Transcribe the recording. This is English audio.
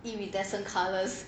iridescent colours